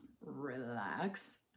relax